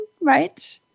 right